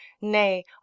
nay